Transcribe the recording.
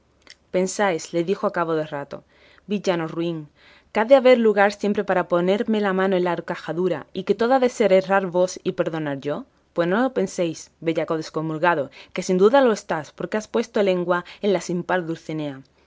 pensáis le dijo a cabo de rato villano ruin que ha de haber lugar siempre para ponerme la mano en la horcajadura y que todo ha de ser errar vos y perdonaros yo pues no lo penséis bellaco descomulgado que sin duda lo estás pues has puesto lengua en la sin par dulcinea